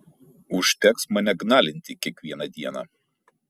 užteks mane gnalinti kiekvieną dieną